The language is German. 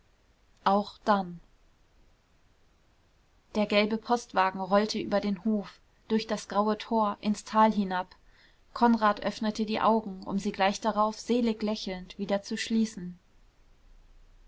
auch dann der gelbe postwagen rollte über den hof durch das graue tor ins tal hinab konrad öffnete die augen um sie gleich darauf selig lächelnd wieder zu schließen